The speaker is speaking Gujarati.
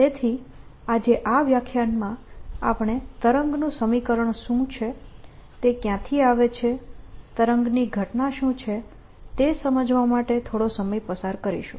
તેથી આજે આ વ્યાખ્યાનમાં આપણે તરંગનું સમીકરણ શું છે તે ક્યાંથી આવે છે તરંગની ઘટના શું છે તે સમજવા માટે થોડો સમય પસાર કરીશું